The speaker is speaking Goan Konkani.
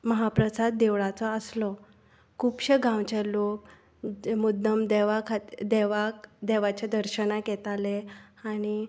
महाप्रसाद देवळाचो आसलो खुबशे गांवचे लोक मुद्दम देवा खातीर देवाक देवाच्या दर्शनाक येताले आनी